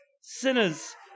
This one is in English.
sinners